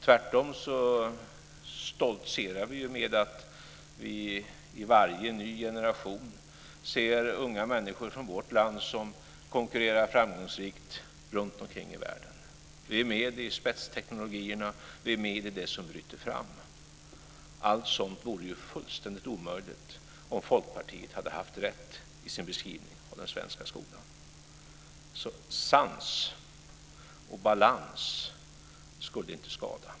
Tvärtom stoltserar vi med att vi i varje ny generation ser unga människor från vårt land som konkurrerar framgångsrikt runtomkring i världen. Vi är med i spetsteknologierna; vi är med i det som bryter fram. Allt sådant vore fullständigt omöjligt om Folkpartiet hade haft rätt i sin beskrivning av den svenska skolan. Sans och balans skulle inte skada.